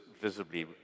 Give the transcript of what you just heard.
visibly